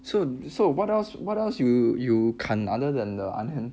so so what else what else you you 砍 other than the onion